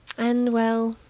and well,